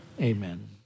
Amen